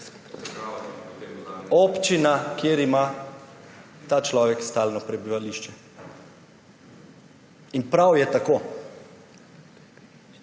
Občina, kjer ima ta človek stalno prebivališče. In prav je tako.